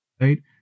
right